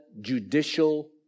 judicial